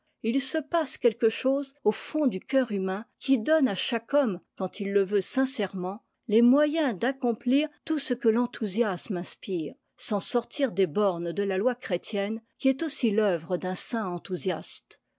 il se passe quelque chose au fond du cœur humain qui donne à chaque homme quand il le veut sincèrement les moyens d'accomplir tout ce que l'enthousiasme inspire sans sortir des bornes de la loi chrétienne qui est aussi t'œuvre d'un saint enthousiasme